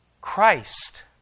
Christ